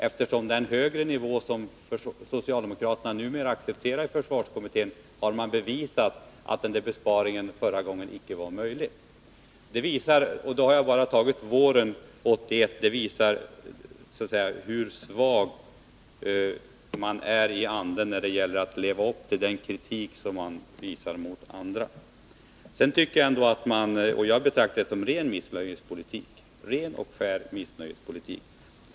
Genom att socialdemokraterna i försvarskommittén numera accepterar en högre nivå på försvarsutgifterna är den delen av besparingen inte möjlig att genomföra. Jag har här bara berört våren 1981, men det visar hur svaga socialdemokraterna är i anden när det gäller att leva upp till de krav de ställer på andra. Jag betraktar detta som ren och skär missnöjespolitik.